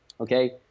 okay